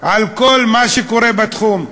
על כל מה שקורה בתחום.